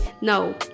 No